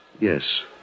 Yes